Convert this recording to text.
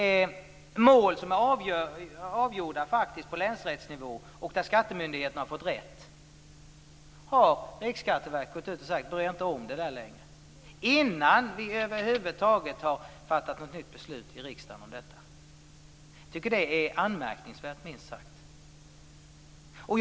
Det gäller mål som faktiskt är avgjorda på länsrättsnivå och där skattemyndigheterna har fått rätt. Riksskatteverket har dock sagt att de inte längre skall bry sig om detta, detta innan vi över huvud taget har fattat något nytt beslut i riksdagen om detta. Jag tycker att det är minst sagt anmärkningsvärt.